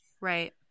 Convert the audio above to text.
Right